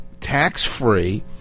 tax-free